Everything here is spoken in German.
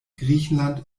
griechenland